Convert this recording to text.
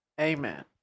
Amen